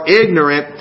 ignorant